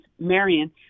Marion